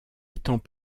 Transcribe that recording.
étant